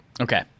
Okay